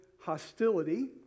hostility